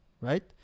right